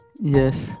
yes